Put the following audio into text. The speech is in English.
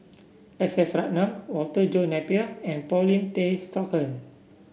S S Ratnam Walter John Napier and Paulin Tay Straughan